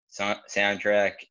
soundtrack